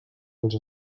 als